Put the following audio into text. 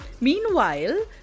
Meanwhile